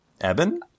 Evan